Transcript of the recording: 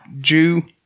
Jew